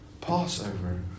Passover